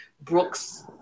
brooks